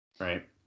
Right